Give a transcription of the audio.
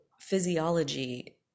physiology